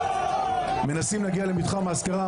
מנסים להגיע למתחם האזכרה.